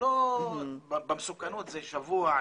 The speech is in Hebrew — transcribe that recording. מבחינת המסוכנות זה שבוע,